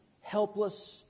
helpless